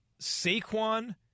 Saquon